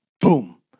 Boom